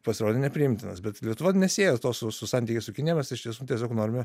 pasirodė nepriimtinas bet lietuva nesieja to su su santykiais su kinija mes iš tiesų tiesiog norime